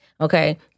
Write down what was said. okay